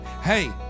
Hey